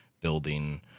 building